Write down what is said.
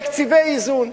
אלה תקציבי איזון.